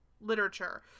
literature